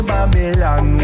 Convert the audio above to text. Babylon